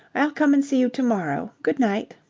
i'll come and see you to-morrow. good night.